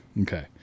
Okay